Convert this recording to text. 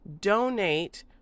Donate